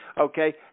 okay